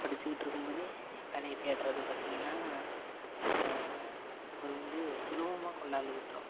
படிச்சிக்கிட்டு இருக்கும் போது வேலையை தேடுகிறது பார்த்திங்கன்னா ஒரு வந்து சுலபமாக கொண்டாந்து உற்றும்